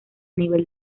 nivel